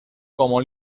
como